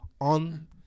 on